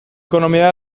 ekonomia